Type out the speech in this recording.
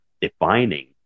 defining